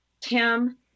Tim